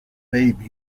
baby